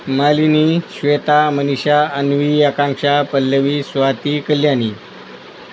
Malini Shweta Manisha Anvi Akanksha Pallavi Swati Kalyani